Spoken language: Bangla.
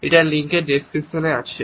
এটা লিঙ্কের ডেস্ক্রিপশনে আছে